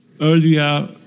earlier